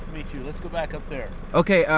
meet you. let's go back up there okay,